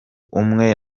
umwe